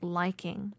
liking